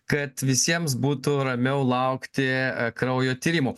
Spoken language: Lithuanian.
kad visiems būtų ramiau laukti kraujo tyrimų